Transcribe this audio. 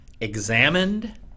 Examined